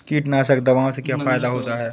कीटनाशक दवाओं से क्या फायदा होता है?